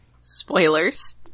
Spoilers